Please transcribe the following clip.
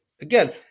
Again